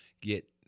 get